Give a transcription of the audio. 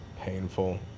painful